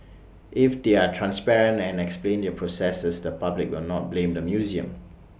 if they are transparent and explain their processes the public will not blame the museum